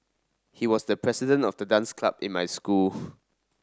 he was the president of the dance club in my school